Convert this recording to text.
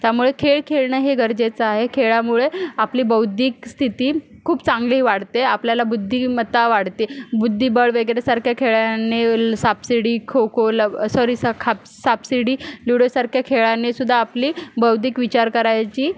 त्यामुळे खेळ खेळणं हे गरजेचं आहे खेळामुळे आपली बौद्धिक स्थिती खूप चांगली वाढते आपल्याला बुद्धीमत्ता वाढते बुद्धिबळ वगैरेसारख्या खेळांनी ल्ल सापशिडी खोखो लब सॉरी सखा सापशिडी लुडोसारख्या खेळांनीसुद्धा आपली बौद्धिक विचार करायची